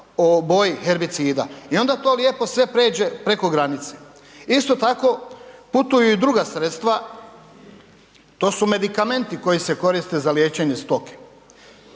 boji herbicida i onda to lijepo sve pređe preko granice. Isto tako putuju i druga sredstva, to su medikamenti koji se koriste za liječenje stoke.